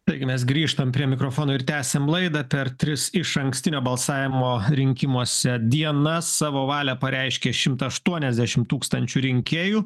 taigi mes grįžtam prie mikrofono ir tęsiam laidą per tris išankstinio balsavimo rinkimuose dienas savo valią pareiškė šimtą aštuoniasdešim tūkstančių rinkėjų